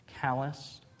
callous